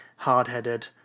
hard-headed